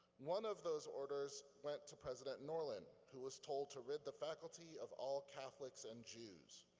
one of those orders went to president norlin, who was told to rid the faculty of all catholics and jews.